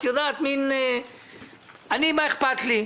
אני, מה אכפת לי,